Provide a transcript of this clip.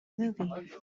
movie